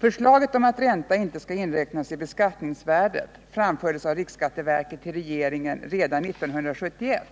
Förslaget om att ränta inte skall inräknas i beskattningsvärdet framfördes av riksskatteverket till regeringen redan 1971.